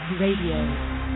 Radio